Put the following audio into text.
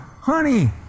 honey